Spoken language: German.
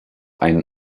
einen